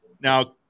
now